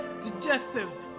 digestives